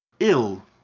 ill